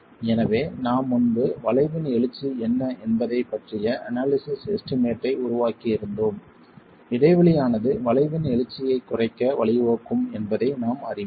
எனவே நாம் முன்பு வளைவின் எழுச்சி என்ன என்பதைப் பற்றிய அனாலிசிஸ் எஸ்டிமேட் ஐ உருவாக்கி இருந்தோம் இடைவெளி ஆனது வளைவின் எழுச்சியைக் குறைக்க வழிவகுக்கும் என்பதை நாம் அறிவோம்